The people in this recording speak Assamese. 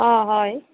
অ' হয়